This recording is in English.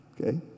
Okay